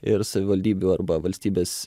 ir savivaldybių arba valstybės